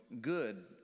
good